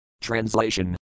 Translation